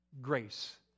grace